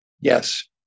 Yes